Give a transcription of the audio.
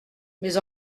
mais